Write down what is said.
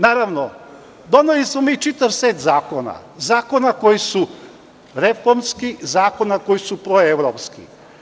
Naravno, doneli smo mi čitav set zakona, zakona koji su reformski, zakona koji su proevropski.